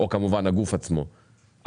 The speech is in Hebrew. או הגוף עצמו,